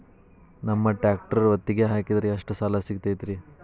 ನಮ್ಮ ಟ್ರ್ಯಾಕ್ಟರ್ ಒತ್ತಿಗೆ ಹಾಕಿದ್ರ ಎಷ್ಟ ಸಾಲ ಸಿಗತೈತ್ರಿ?